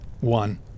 one